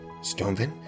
Stonevin